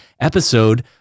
episode